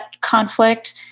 conflict